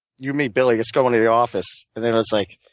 you, me, billy, let's go into the office. and then it was like,